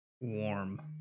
warm